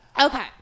Okay